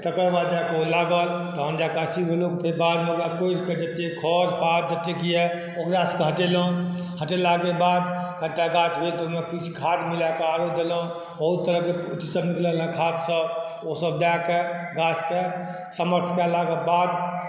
तकर बाद जाकऽ ओ लागल तखन हम बादमे ओकरा कोड़िकऽ जतेक खरपात जतेक अइ ओकरासबके हटेलौँ हटेलाकेँ बाद कनिटा गाछ रोपि ओहिमे किछु खाद मिलाकऽ आओर देलौँ बहुत तरहके खादसब ओसब दऽ कऽ गाछके समर्थ कएलाक बाद